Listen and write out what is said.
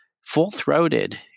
full-throated